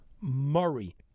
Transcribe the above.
Murray